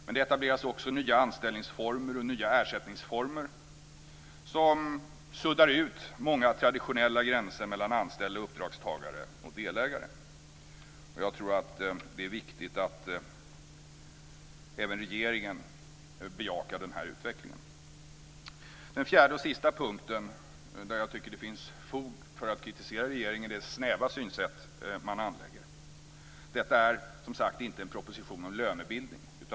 Det leder också till nya anställningsformer och nya ersättningsformer som suddar ut många traditionella gränser mellan anställda, uppdragstagare och delägare. Jag tror att det är viktigt att även regeringen bejakar den här utvecklingen. Den fjärde och sista punkten där jag tycker att det finns fog för att kritisera regeringen är det snäva synsätt man anlägger. Detta är som sagt inte en proposition om lönebildning.